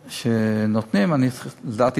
תודה.